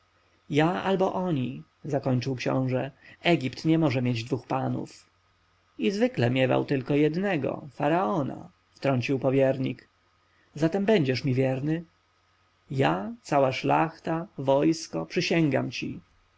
ja albo oni zakończył książę egipt nie może mieć dwóch panów i zwykle miewał tylko jednego faraona wtrącił powiernik zatem będziesz mi wierny ja cała szlachta wojsko przysięgam ci